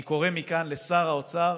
אני קורא מכאן לשר האוצר: